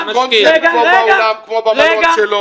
כמו גם בבית המלון.